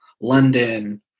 london